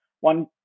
one